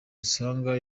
asanga